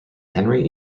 henry